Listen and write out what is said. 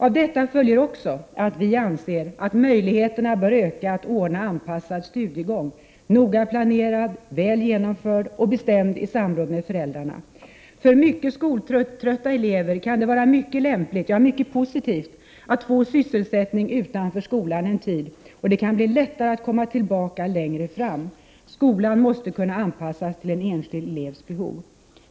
Av detta följer också att vi anser att möjligheterna bör öka att ordna anpassad studiegång — noga planerad, väl genomförd och bestämd i samråd med föräldrarna. För mycket skoltrötta elever kan det vara mycket lämpligt, ja, mycket positivt att få sysselsättning utanför skolan en tid, och det kan bli lättare att komma tillbaka längre fram. Skolan måste kunna anpassas till en enskild elevs behov.